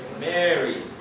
Mary